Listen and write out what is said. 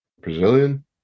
Brazilian